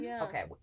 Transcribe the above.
okay